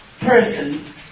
person